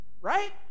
right